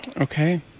okay